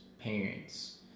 parents